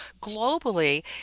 globally